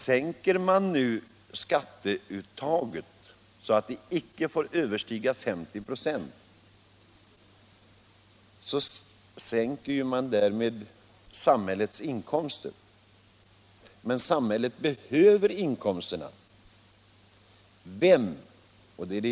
Sänker man nu skatteuttaget så att det inte får överstiga 50 926, så minskar man ju också samhällets inkomster. Men samhället behöver de inkomsterna.